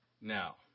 Now